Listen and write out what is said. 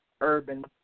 urban